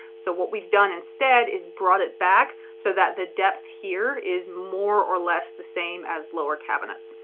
so what we've done instead is brought it back, so that the depth here is more or less the same as lower cabinets.